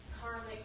karmic